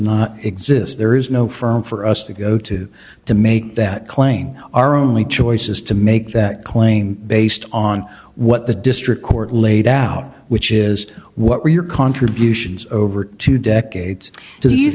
not exist there is no firm for us to go to to make that claim our only choice is to make that claim based on what the district court laid out which is what were your contributions over two decades to